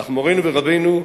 אך מורנו ורבנו,